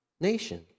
nation